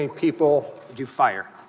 and people to fire